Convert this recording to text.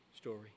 story